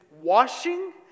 washing